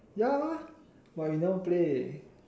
ya but you never play